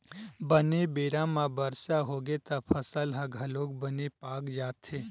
बने बेरा म बरसा होगे त फसल ह घलोक बने पाक जाथे